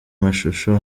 mashusho